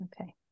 Okay